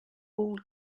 all